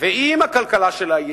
ואם הכלכלה שלה יציבה,